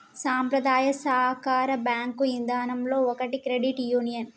సంప్రదాయ సాకార బేంకు ఇదానంలో ఒకటి క్రెడిట్ యూనియన్